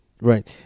Right